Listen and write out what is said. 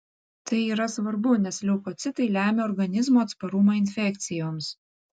tai yra svarbu nes leukocitai lemia organizmo atsparumą infekcijoms